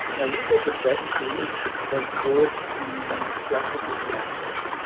now, you get the best sleep when both these processes match.